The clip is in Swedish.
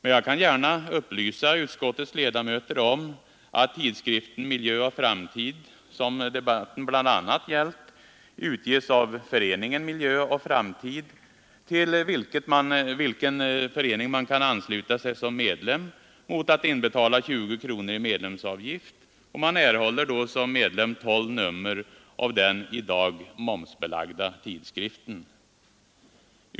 Men jag kan gärna upplysa utskottets ledamöter om att tidskriften Miljö och Framtid, som debatten bl.a. gällt, utges av föreningen Miljö och Framtid, till vilken man kan ansluta sig som medlem mot att inbetala 20 kronor i medlemsavgift. Man erhåller som medlem 12 nummer av den i dag momsbelagda tidskriften.